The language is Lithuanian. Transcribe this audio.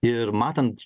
ir matant